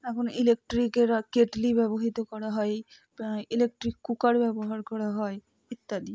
এখন ইলেকট্রিকের কেটলি ব্যবহার করা হয় ইলেকট্রিক কুকার ব্যবহার করা হয় ইত্যাদি